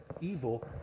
evil